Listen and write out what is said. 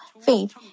faith